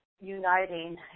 uniting